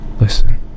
Listen